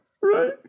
Right